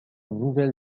nouvelle